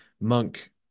Monk